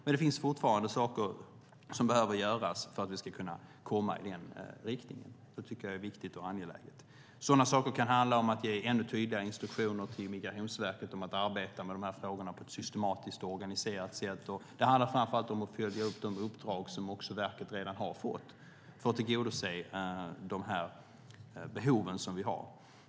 Det finns dock fortfarande saker som behöver göras för att vi ska komma vidare, vilket är viktigt och angeläget. Det kan handla om att ge ännu tydligare instruktioner till Migrationsverket om att arbeta med dessa frågor på ett systematiskt och organiserat sätt. Det handlar framför allt om att följa upp de uppdrag som verket redan har fått för att tillgodose de behov vi har.